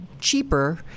cheaper